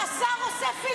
מה קרה?